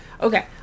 Okay